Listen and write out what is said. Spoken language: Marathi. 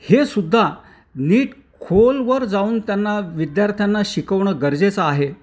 हे सुद्धा नीट खोलवर जाऊन त्यांना विद्यार्थ्यांना शिकवणं गरजेचं आहे